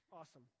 awesome